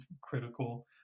critical